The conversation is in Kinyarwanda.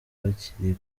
bakiri